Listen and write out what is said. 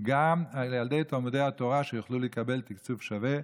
שגם ילדי תלמודי התורה יוכלו לקבל תקציב שווה.